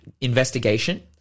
investigation